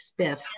spiff